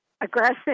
aggressive